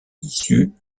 issus